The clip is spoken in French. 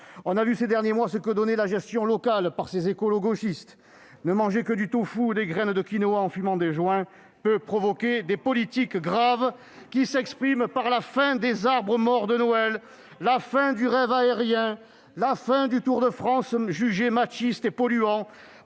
On a vu ces derniers mois ce que donnait la gestion locale par ces écolo-gauchistes. Ne manger que du tofu et des graines de quinoa en fumant des joints peut être à l'origine de politiques graves, comme la fin des arbres- morts -de Noël, du rêve aérien ou d'un Tour de France jugé « machiste et polluant